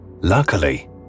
Luckily